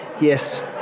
yes